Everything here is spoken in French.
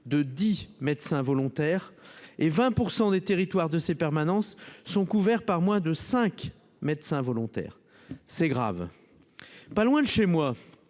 de 10 médecins volontaires et 20 % des territoires de ces permanences sont couverts par moins de 5 médecins volontaires, c'est grave, pas loin de chez moi,